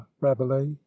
rabelais